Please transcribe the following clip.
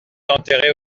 enterré